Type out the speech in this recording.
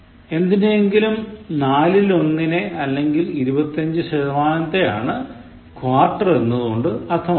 എന്തിൻറെയെങ്കിലും നാലിലൊന്നിനെ അല്ലെങ്കിൽ ഇരുപത്തഞ്ചു ശതമാനത്തെ ആണ് "Quarter" എന്നതുകൊണ്ട് അർത്ഥമാക്കുന്നത്